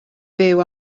byw